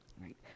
right